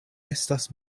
estas